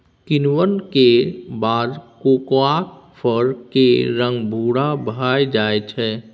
किण्वन केर बाद कोकोआक फर केर रंग भूरा भए जाइ छै